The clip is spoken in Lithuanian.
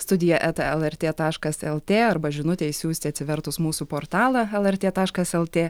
studija eta lrt taškas lt arba žinutę išsiųsti atsivertus mūsų portalą lrt taškas lt